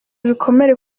ibikomere